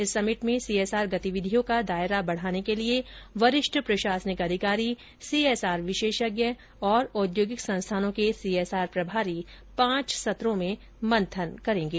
इस समिट में सीएसआर गतिविधियों का दायरा बढ़ाने के लिए वरिष्ठ प्रशासनिक अधिकारी सीएसआर विशेषज्ञ और औद्योगिक संस्थानों के सीएसआर प्रभारी पांच सत्रों में मंथन करेंगे